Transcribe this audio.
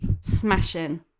smashing